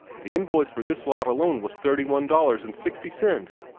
the invoice for this lot alone was thirty-one dollars and sixty cents.